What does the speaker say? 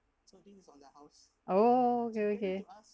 oh okay okay